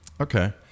Okay